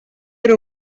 era